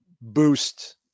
boost